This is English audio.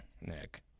Nick